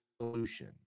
solution